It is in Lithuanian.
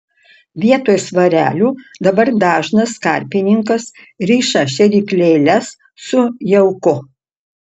vietoj svarelių dabar dažnas karpininkas riša šėryklėles su jauku